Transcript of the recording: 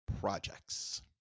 projects